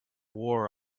war